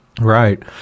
Right